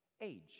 age